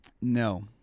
No